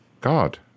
God